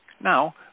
Now